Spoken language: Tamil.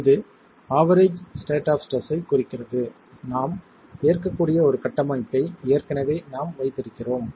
இது ஆவெரேஜ் ஸ்டேட் ஆப் ஸ்ட்ரெஸ் ஐக் குறிக்கிறது நாம் ஏற்கக்கூடிய ஒரு கட்டமைப்பை ஏற்கனவே நாம் வைத்திருக்கிறோம்